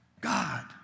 God